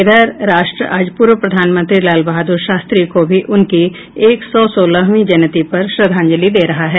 इधर राष्ट्र आज पूर्व प्रधानमंत्री लाल बहादुर शास्त्री को भी उनकी एक सौ सोलहवीं जयंती पर श्रद्धांजलि दे रहा है